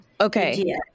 Okay